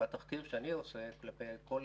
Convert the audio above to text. יש לכם גם ביקורת עצמית בתחקיר שתשלחו אלינו?